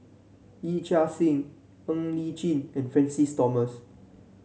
Yee Chia Hsing Ng Li Chin and Francis Thomas